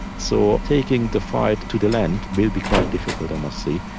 so taking the fight to the land will be quite difficult, i must say,